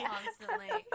Constantly